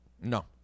No